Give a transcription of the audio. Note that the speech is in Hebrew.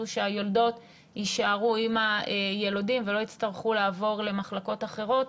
שהיולדות יישארו עם היילודים ולא יצטרכו לעבור למחלקות אחרות.